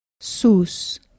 Sus